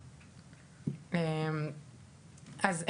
אז,